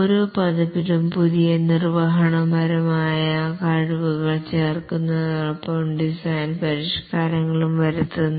ഓരോ പതിപ്പിലും പുതിയ നിർവ്വഹണപരമായ കഴിവുകൾ ചേർക്കുന്നതിനൊപ്പം ഡിസൈൻ പരിഷ്കാരങ്ങളും വരുത്തുന്നു